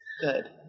good